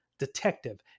detective